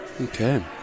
Okay